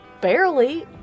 Barely